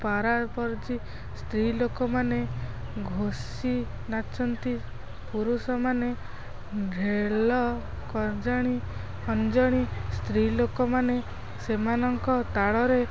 ପାରା ପର୍ଯ୍ୟୀ ସ୍ତ୍ରୀ ଲୋକମାନେ ଘୋଷି ନାଚନ୍ତି ପୁରୁଷମାନେ ଢେଲ କଜଣି ଖଞ୍ଜଣି ସ୍ତ୍ରୀ ଲୋକମାନେ ସେମାନଙ୍କ ତାଳରେ